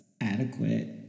adequate